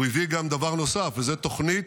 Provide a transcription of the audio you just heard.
הוא הביא גם דבר נוסף, וזה תוכנית